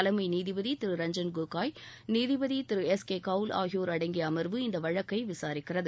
தலைமை நீதிபதி திரு ரஞ்ஜன் கோகோய் நீதிபதி திரு எஸ் கே கவுல் ஆகியோர் அடங்கிய அமர்வு இந்த வழக்கை விசாரிக்கிறது